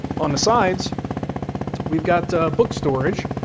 on the sides we've got book storage.